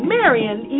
Marion